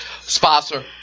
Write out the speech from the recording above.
sponsor